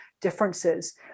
differences